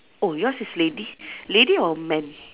oh yours is lady lady or man